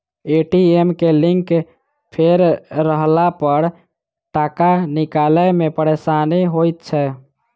ATM के link fail रहलापर टाका निकालै मे परेशानी होइत छै